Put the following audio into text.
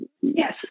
Yes